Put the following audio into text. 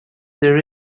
there